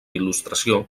il·lustració